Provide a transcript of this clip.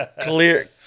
clear